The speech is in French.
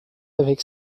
avec